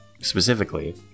specifically